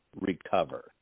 recover